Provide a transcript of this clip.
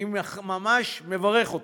אני ממש מברך אתכם.